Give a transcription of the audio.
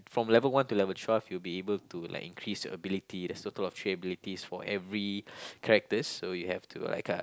from level one to level twelve you will be able to like increase your ability there's total of three abilities for every characters so you have to like uh